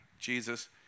Jesus